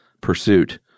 pursuit